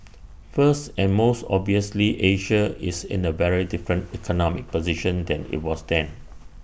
first and most obviously Asia is in A very different economic position than IT was then